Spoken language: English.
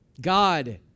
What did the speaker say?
God